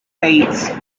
eight